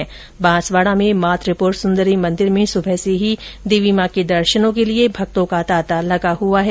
वहीं बांसवाड़ा में माँ त्रिपुरा सुन्दरी मन्दिर में सुबह से ही देवी माँ के दर्शनों के लिए भक्तों का तांता लगा हुआ है